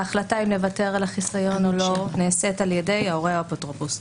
ההחלטה אם לוותר על החיסיון או לא נעשית על ידי הורה או אפוטרופוס.